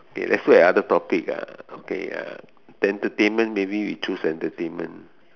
okay let's look at other topic uh okay uh entertainment maybe we choose entertainment